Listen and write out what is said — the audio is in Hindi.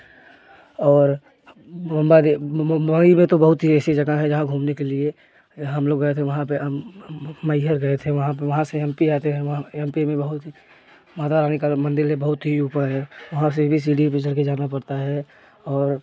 और मुंबा देवी मुंबई में तो बहुत सी ऐसी जगह हैं जहाँ घूमने के लिए हम लोग गए थे वहाँ पर हम मैहर गए थे वहाँ पर वहाँ से एम पी आते हैं वहाँ एम पी में बहुत ही माता रानी का मंदिर है बहुत ही ऊपर है वहाँ से सीढ़ियों पर चढ़ कर जाना पड़ता है और